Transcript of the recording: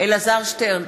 אלעזר שטרן,